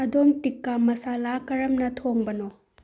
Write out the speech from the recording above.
ꯑꯗꯣꯝ ꯇꯤꯛꯀꯥ ꯃꯁꯥꯂꯥ ꯀꯔꯝꯅ ꯊꯣꯡꯕꯅꯣ